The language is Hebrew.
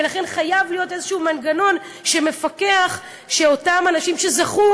לכן חייב להיות איזשהו מנגנון שמפקח שאותם אנשים שזכו,